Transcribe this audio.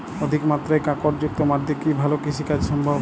অধিকমাত্রায় কাঁকরযুক্ত মাটিতে কি ভালো কৃষিকাজ সম্ভব?